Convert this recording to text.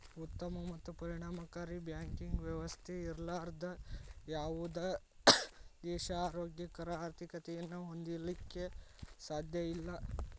ಉತ್ತಮ ಮತ್ತು ಪರಿಣಾಮಕಾರಿ ಬ್ಯಾಂಕಿಂಗ್ ವ್ಯವಸ್ಥೆ ಇರ್ಲಾರ್ದ ಯಾವುದ ದೇಶಾ ಆರೋಗ್ಯಕರ ಆರ್ಥಿಕತೆಯನ್ನ ಹೊಂದಲಿಕ್ಕೆ ಸಾಧ್ಯಇಲ್ಲಾ